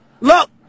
Look